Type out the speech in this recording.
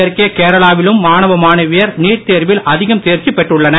தெற்கே கேரளாவிலும் மாணவ மாணவியர் நீட் தேர்வில் அதிகம் தேர்ச்சி பெற்றுள்ளனர்